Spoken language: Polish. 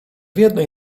jednej